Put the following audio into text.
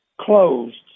closed